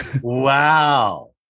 Wow